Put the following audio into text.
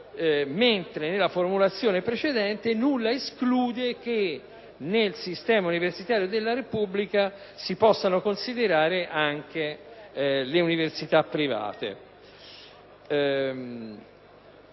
privato. Nella formulazione precedente, invece, nulla esclude che nel sistema universitario della Repubblica si possano considerare anche le università private.